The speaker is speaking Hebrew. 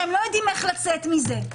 שהם לא יודעים איך לצאת מזה.